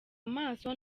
amaso